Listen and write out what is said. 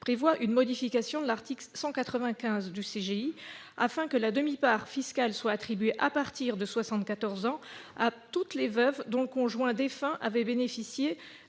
prévoit une modification de l'article 195 du CGI afin que la demi-part fiscale soit attribuée, à partir de 74 ans, à toutes les personnes veuves dont le conjoint défunt avait bénéficié